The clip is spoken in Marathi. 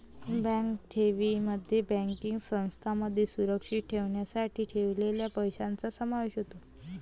बँक ठेवींमध्ये बँकिंग संस्थांमध्ये सुरक्षित ठेवण्यासाठी ठेवलेल्या पैशांचा समावेश होतो